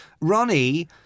Ronnie